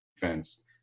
defense